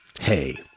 Hey